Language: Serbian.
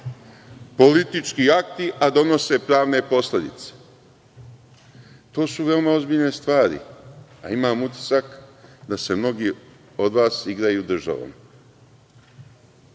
Politički akti, a donose pravne posledice. To su veoma ozbiljne stvari, a imam utisak da se mnogi od vas igraju državom.